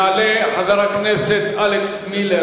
יעלה חבר הכנסת אלכס מילר,